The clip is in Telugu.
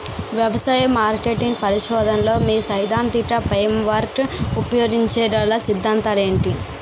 వ్యవసాయ మార్కెటింగ్ పరిశోధనలో మీ సైదాంతిక ఫ్రేమ్వర్క్ ఉపయోగించగల అ సిద్ధాంతాలు ఏంటి?